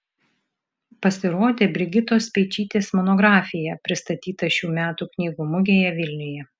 pasirodė brigitos speičytės monografija pristatyta šių metų knygų mugėje vilniuje